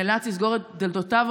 נאלץ לסגור את דלתותיו.